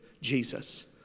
Jesus